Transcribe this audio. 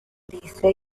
dice